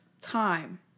time